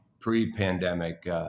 pre-pandemic